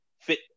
fit